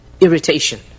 irritation